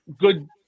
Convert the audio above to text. good